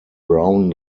brown